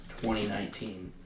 2019